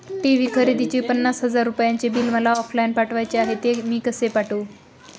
TV खरेदीचे पन्नास हजार रुपयांचे बिल मला ऑफलाईन पाठवायचे आहे, ते मी कसे पाठवू?